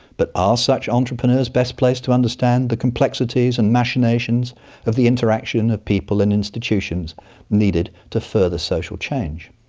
but are such entrepreneurs best placed to understand the complexities and machinations of the interaction of people in institutions needed to further social change?